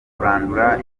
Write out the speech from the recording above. kurandura